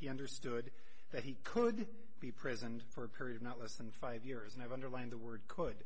he understood that he could be prisoned for a period not less than five years and i underline the word could